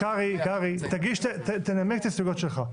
קרעי, תנמק את ההסתייגויות שלך.